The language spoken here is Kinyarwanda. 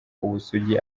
ubusugi